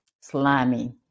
slimy